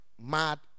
mad